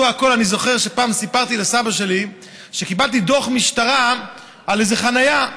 אני זוכר שפעם סיפרתי לסבא שלי שקיבלתי דוח משטרה על איזו חניה.